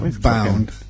Bound